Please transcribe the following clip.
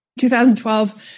2012